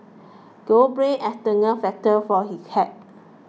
don't blame external factor for this hack